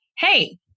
hey